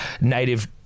native